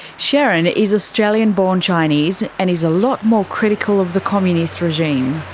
sheryn is australian born chinese and is a lot more critical of the communist regime.